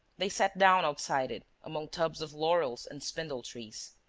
they sat down outside it, among tubs of laurels and spindle-trees.